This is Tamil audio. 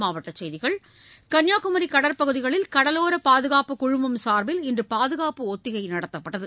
மாவட்ட செய்திகள் கள்ளியாகுமரி கடற்பகுதிகளில் கடலோரப் பாதுகாப்பு குழுமம் சார்பில் இன்று பாதுகாப்பு ஒத்திகை நடத்தப்பட்டது